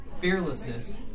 fearlessness